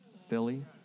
Philly